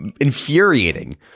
infuriating